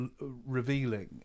revealing